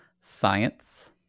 science